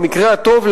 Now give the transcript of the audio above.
במקרה הטוב,